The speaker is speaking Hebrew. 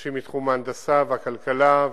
אנשים מתחום ההנדסה והכלכלה,